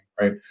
right